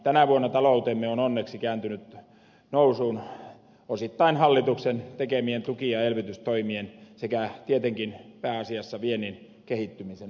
tänä vuonna taloutemme on onneksi kääntynyt nousuun osittain hallituksen tekemien tuki ja elvytystoimien sekä tietenkin pääasiassa viennin kehittymisen ansiosta